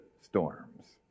storms